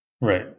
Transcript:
Right